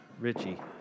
Richie